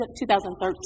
2013